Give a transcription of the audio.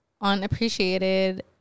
unappreciated